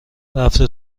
رفته